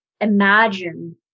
imagine